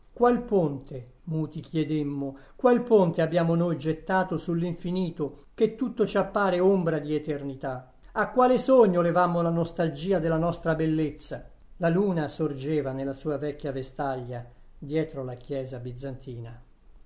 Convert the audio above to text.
qual ponte muti chiedemmo qual ponte abbiamo noi gettato sull'infinito che tutto ci appare ombra di eternità a quale sogno levammo la nostalgia della nostra bellezza la luna sorgeva nella sua vecchia vestaglia dietro la chiesa bizantina